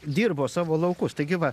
dirbo savo laukus taigi va